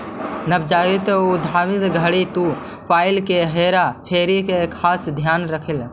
नवजात उद्यमिता घड़ी तु पईसा के हेरा फेरी के खास ध्यान रखीह